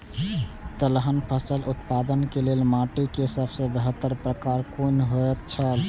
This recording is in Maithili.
तेलहन फसल उत्पादन के लेल माटी के सबसे बेहतर प्रकार कुन होएत छल?